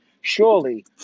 surely